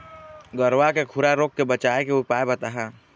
गरवा के खुरा रोग के बचाए के उपाय बताहा?